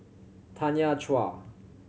Tanya Chua